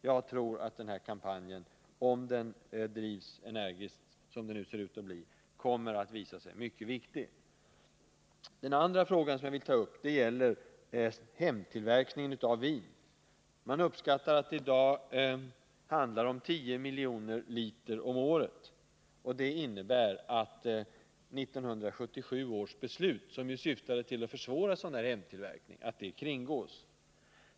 Jag tror att denna kampanj, om den drivs energiskt — som det nu ser ut att bli —, kommer att visa sig mycket viktig. Den andra frågan jag vill ta upp gäller hemtillverkningen av vin. Man uppskattar att det i dag handlar om 10 miljoner liter om året. Det innebär att 1977 års beslut, som syftade till att försvåra sådan här hemtillverkning, kringgås.